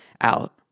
out